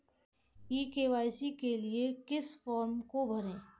ई KYC के लिए किस फ्रॉम को भरें?